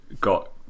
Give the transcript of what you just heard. got